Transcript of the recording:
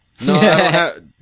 No